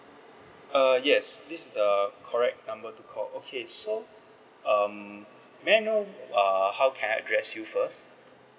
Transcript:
uh yes this is the correct number to call okay so um may I know uh how can I address you first